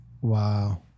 Wow